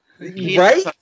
Right